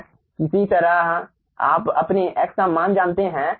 किसी तरह आप अपने x का मान जानते हैं